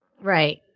Right